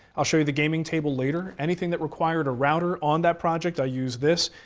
i'll show the gaming table later. anything that required a router on that project i used this.